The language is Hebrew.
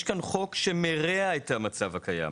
יש כאן חוק שמרע את המצב הקיים: